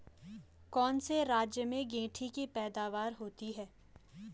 कौन से राज्य में गेंठी की पैदावार होती है?